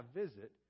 visit